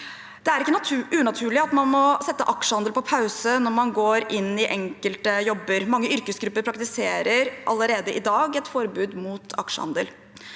Det er ikke unaturlig at man må sette aksjehandling på pause når man går til enkelte jobber. Mange yrkesgrupper praktiserer allerede i dag et forbud mot aksjehandel.